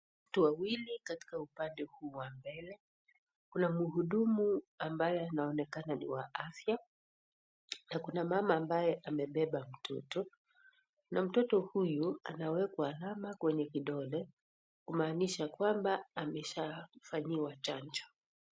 Watu wawili katika upande huu wa mbele kuna mhudumu ambaye anaonekana ni wa afya na kuna mama ambaye amebeba mtoto, na mtoto huyu anawekwa alama kwenye kidole kumanisha kwamba ameshafanyiwa chanjo.